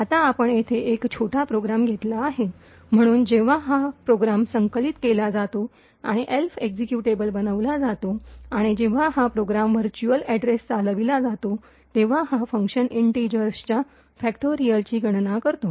आता आपण येथे एक छोटा प्रोग्रॅम घेतला आहे म्हणून जेव्हा हा प्रोग्रॅम संकलित केला जातो आणि एल्फ एक्झिक्युटेबल बनला जातो आणि जेव्हा हा प्रोग्राम व्हर्च्युअल अॅड्रेस चालविला जातो तेव्हा हा फंक्शन इंटरेजरच्या फॅक्टोरियलची गणना करतो